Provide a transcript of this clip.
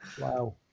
Wow